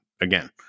Again